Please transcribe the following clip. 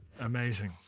Amazing